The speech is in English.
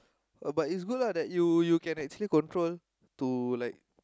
oh but is good lah that you can actually control to